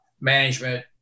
management